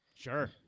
Sure